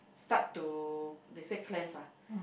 start to they say cleanse lah